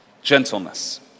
gentleness